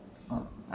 ah